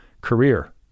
career